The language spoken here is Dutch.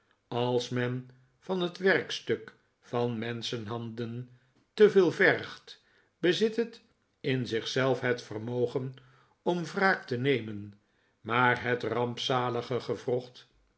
als men van het werkstuk van menschenhanden te veel vergt bezit het in zich zelf het vermogen om wraak te nemen maar het rampzalige gewrocht